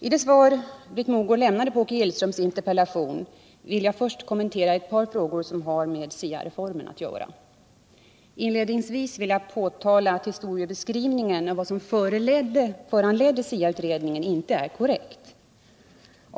I det svar Britt Mogård lämnade på Åke Gillströms interpellation vill jag först kommentera ett par frågor som har med SIA-reformen att göra. Inledningsvis vill jag påtala att historiebeskrivningen av vad som föranledde SIA utredningen inte är korrekt.